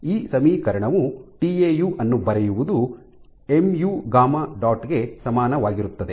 ಈ ಸಮೀಕರಣವು ಟಿಎಯು ಅನ್ನು ಬರೆಯುವುದು ಎಂಯು ಗಾಮಾ γ ಡಾಟ್ ಗೆ ಸಮಾನವಾಗಿರುತ್ತದೆ